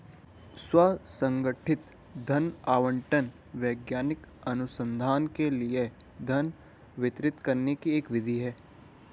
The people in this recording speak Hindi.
स्व संगठित धन आवंटन वैज्ञानिक अनुसंधान के लिए धन वितरित करने की एक विधि है